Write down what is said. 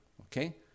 Okay